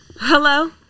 Hello